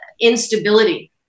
instability